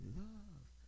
love